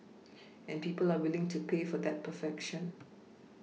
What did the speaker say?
and people are willing to pay for that perfection